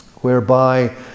whereby